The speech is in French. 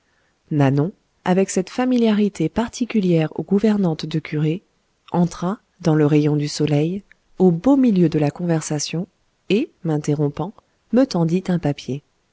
nanon avec cette familiarité particulière aux gouvernantes de curés entra dans le rayon du soleil au beau milieu de la conversation et m'interrompant me tendit un papier